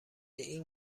این